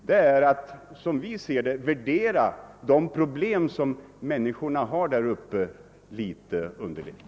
Som vi ser det är detta att värdera de problem som människorna har uppe i Norrland litet underligt.